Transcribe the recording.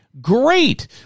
Great